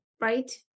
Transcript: right